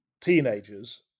teenagers